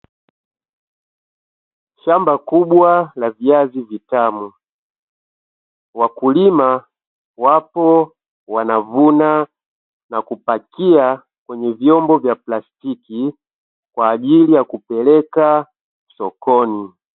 Shamba kubwa la viazi vitamu wakulima wapo wanavuna na kupakia kwenye vyombo vya plastiki Kwa ajili ya kupeleka sokoni.